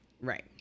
Right